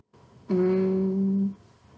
um